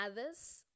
others